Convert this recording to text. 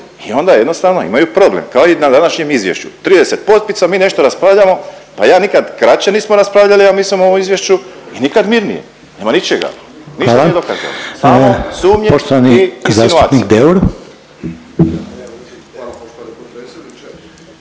I onda jednostavno imaju problem kao i na današnjem izvješću. 30 potpisa mi nešto raspravljamo. Pa ja nikad kraće nismo raspravljali ja mislim o ovom izvješću i nikad mirnije, nema ničega. Ništa nije dokazano, samo sumnje i insinuacije.